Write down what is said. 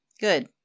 good